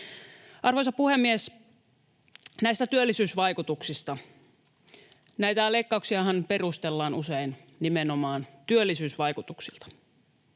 Arvoisa puhemies! Näistä työllisyysvaikutuksista. Näitä leikkauksiahan perustellaan usein nimenomaan työllisyysvaikutuksilla.